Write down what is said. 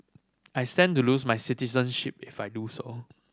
I stand to lose my citizenship if I do so